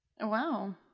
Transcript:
Wow